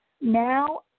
Now